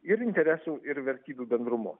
ir interesų ir vertybių bendrumu